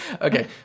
Okay